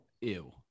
Ew